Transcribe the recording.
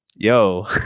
yo